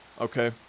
okay